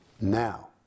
Now